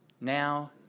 now